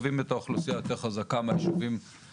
אחרי זה הארכנו את זה אחרי כל מיני ועדות הומניטריות וכל מיני מקרים